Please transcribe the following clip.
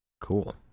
Cool